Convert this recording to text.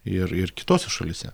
ir ir kitose šalyse